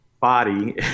body